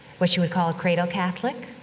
what you would call a cradle catholic,